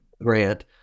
grant